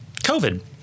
COVID